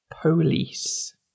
Police